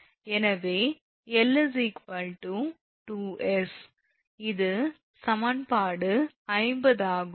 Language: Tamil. எனவே 𝑙 2𝑠 இது சமன்பாடு 50 ஆகும்